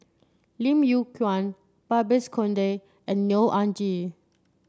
Lim Yew Kuan Babes Conde and Neo Anngee